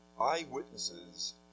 eyewitnesses